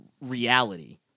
reality